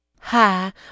Hi